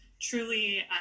Truly